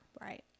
right